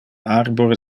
arbore